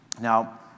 Now